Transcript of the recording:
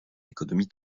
économie